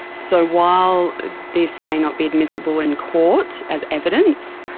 so while this may not be admissible in court as evidence,